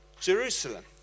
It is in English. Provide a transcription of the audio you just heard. Jerusalem